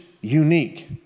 unique